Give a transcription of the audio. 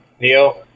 Neo